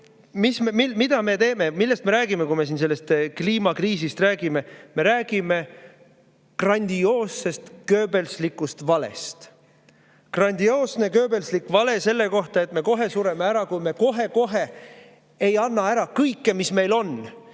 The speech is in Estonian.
Mida me teeme, millest me räägime, kui me siin sellest kliimakriisist räägime? Me räägime grandioossest goebbelslikust valest. See on grandioosne goebbelslik vale selle kohta, et me kohe sureme ära, kui me kohe-kohe ei anna ära kõike, mis meil on,